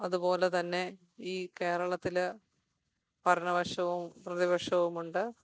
അതുപോലെതന്നെ ഈ കേരളത്തില് ഭരണപക്ഷവും പ്രതിപക്ഷവും ഉണ്ട്